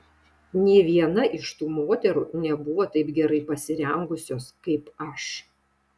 nė viena iš tų moterų nebuvo taip gerai pasirengusios kaip aš